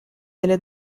delle